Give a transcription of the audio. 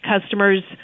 customers